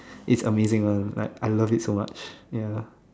it's amazing lah like I love it so much yeah